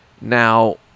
now